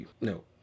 No